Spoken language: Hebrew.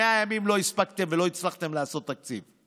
100 ימים לא הספקתם ולא הצלחתם לעשות תקציב,